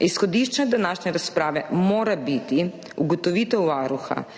Izhodišče današnje razprave mora biti ugotovitev Varuha,